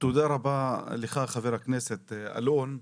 תודה רבה לך, חבר הכנסת אלון.